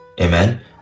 Amen